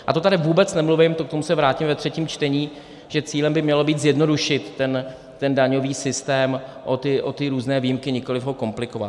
A to tady vůbec nemluvím k tomu se vrátím ve třetím čtení že cílem by mělo být zjednodušit ten daňový systém o ty různé výjimky, nikoliv ho komplikovat.